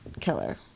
killer